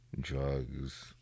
drugs